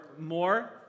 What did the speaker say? more